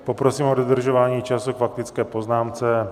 Poprosím o dodržování času k faktické poznámce.